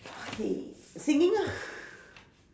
okay singing ah